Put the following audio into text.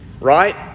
Right